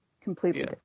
Completely